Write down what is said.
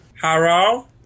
Hello